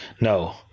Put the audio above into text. No